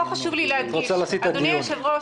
את רוצה להסיט את הדיון.